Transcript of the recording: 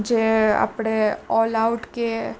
જે આપણે ઓલઆઉટ કે